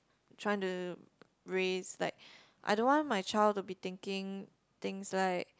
trying to raise like I don't want my child to be thinking things like